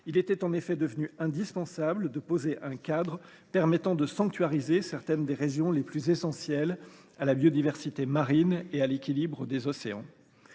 il était devenu indispensable de poser un cadre permettant de sanctuariser certaines des régions les plus essentielles à la biodiversité marine et à l’équilibre des océans.